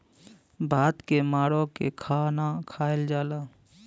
भात के माड़ो के खाना खायल जाला